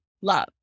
love